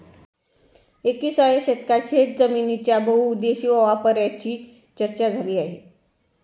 एकविसाव्या शतकात शेतजमिनीच्या बहुउद्देशीय वापराची चर्चा झाली आहे